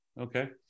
Okay